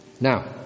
Now